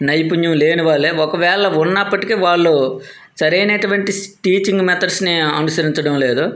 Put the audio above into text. నైపుణ్యం లేని వాళ్ళే ఒకవేళ ఉన్నప్పటికీ వాళ్ళు సరైనటువంటి టీచింగ్ మెథడ్స్ని అనుసరించడం లేదు